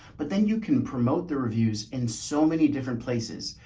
but then you can promote the reviews in so many different places.